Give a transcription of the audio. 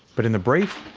but in the brief,